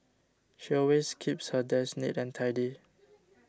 she always keeps her desk neat and tidy